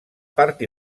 part